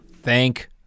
Thank